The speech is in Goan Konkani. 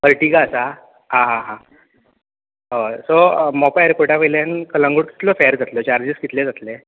अर्टिगा आसा आं हां हां हय सो मोपा एरपोटा वयल्यान कलंगूट कितलो फेर जातलो चार्जीस कितले जातलो